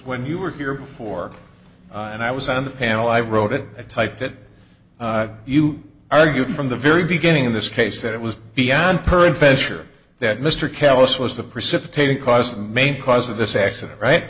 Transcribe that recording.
when you were here before and i was on the panel i wrote it i typed it you argued from the very beginning in this case it was beyond peradventure that mr callous was the precipitating cause and main cause of this accident right